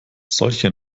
solche